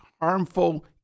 harmful